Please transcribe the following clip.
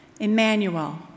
Emmanuel